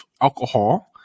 alcohol